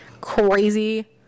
crazy